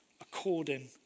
according